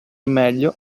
meglio